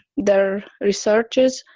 their researches?